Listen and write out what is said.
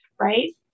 right